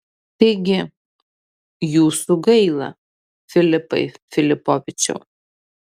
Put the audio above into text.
taigi jūsų gaila filipai filipovičiau